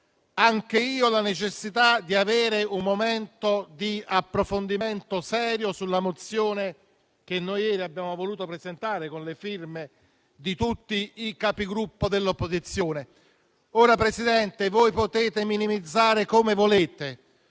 Boccia, l'esigenza di avere un momento di approfondimento serio sulla mozione che ieri abbiamo voluto presentare, con le firme di tutti i Capigruppo dell'opposizione. Presidente, voi potete minimizzare quanto volete;